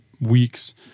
weeks